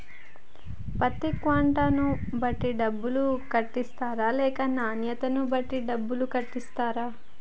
పత్తి క్వింటాల్ ను బట్టి డబ్బులు కట్టిస్తరా లేక నాణ్యతను బట్టి డబ్బులు కట్టిస్తారా?